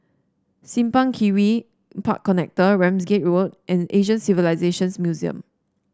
Simpang Kiri Park Connector Ramsgate Road and Asian Civilisations Museum